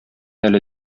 әле